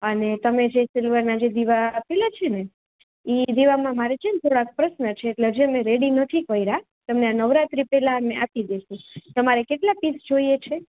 અને તમે જે સિલ્વરના જે દિવા આપેલા છે ને એ દીવામાં મારે છે ને થોડાક પ્રશ્ન છે એટલે હજી મેં રેડી નથી કર્યા તમને નવરાત્રી પહેલાં અમે આપી દઈશું તમારે કેટલા પીસ જોઈએ છે